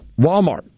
Walmart